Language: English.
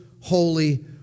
holy